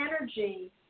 energy